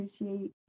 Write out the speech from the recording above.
appreciate